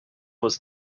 was